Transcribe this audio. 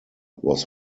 was